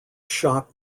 shock